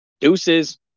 Deuces